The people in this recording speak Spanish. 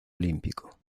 olímpico